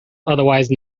otherwise